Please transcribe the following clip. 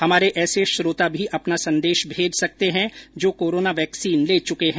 हमारे ऐसे श्रोता भी अपना संदेश भेज सकते हैं जो कोरोना वैक्सीन ले चुके हैं